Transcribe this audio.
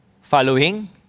Following